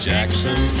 Jackson